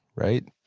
right?